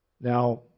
Now